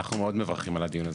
אנחנו מאוד מברכים על הדיון הזה.